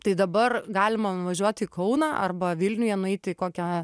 tai dabar galima nuvažiuoti į kauną arba vilniuje nueiti į kokią